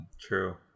True